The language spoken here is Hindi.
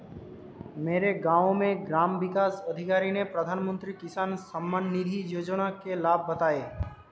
मेरे गांव में ग्राम विकास अधिकारी ने प्रधानमंत्री किसान सम्मान निधि योजना के लाभ बताएं